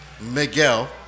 Miguel